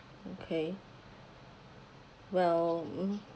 okay well mm